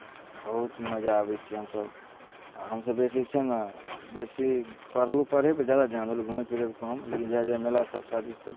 बहुत मजा अबै छै हमसभ आ हमसभ बेसी छै ने बेसी पढ़लहुँ पढ़यपर ज्यादा ध्यान देलहुँ घूमै फिरयपर कम लेकिन जाइ मेलासभ शादीसभ